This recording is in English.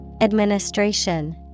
Administration